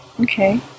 Okay